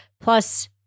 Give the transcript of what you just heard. Plus